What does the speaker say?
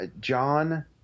John